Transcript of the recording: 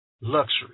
luxury